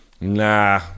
Nah